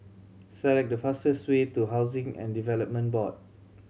select the fastest way to Housing and Development Board